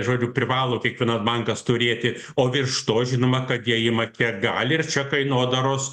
žodžiu privalo kiekvienas bankas turėti o virš to žinoma kad jie ima kiek gali ir čia kainodaros